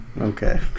Okay